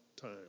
time